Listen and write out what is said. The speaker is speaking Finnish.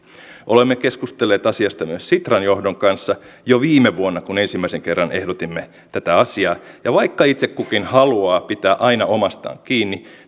olemme keskustelleet asiasta myös sitran johdon kanssa jo viime vuonna kun ensimmäisen kerran ehdotimme tätä asiaa vaikka itse kukin haluaa pitää aina omastaan kiinni